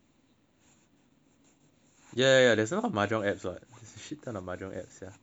ya ya ya there's alot of mahjong apps what there is a shit ton of mahjong apps sia